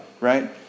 right